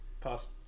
past